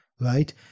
right